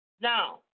Now